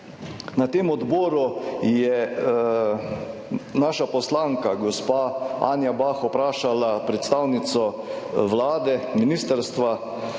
Na tem odboru je naša poslanka, gospa Anja Bah, vprašala predstavnico Vlade, ministrstva,